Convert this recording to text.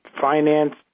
finance